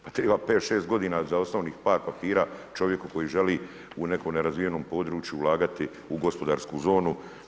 Pa triba pet, šest godina za osnovnih par papira čovjeku koji želi u nekom nerazvijenom području ulagati u gospodarsku zonu.